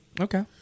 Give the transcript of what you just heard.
Okay